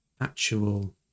actual